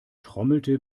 trommelte